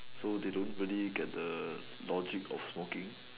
so they don't really get the logic of working